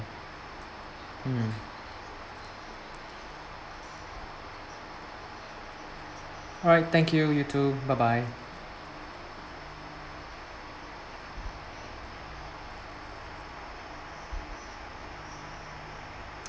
mm alright thank you you too bye bye